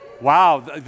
Wow